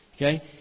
Okay